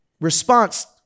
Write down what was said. response